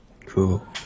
cool